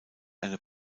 eine